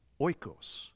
oikos